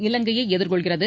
இலங்கையை எதிர்கொள்கிறது